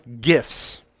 gifts